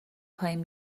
پایین